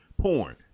Porn